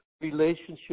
relationship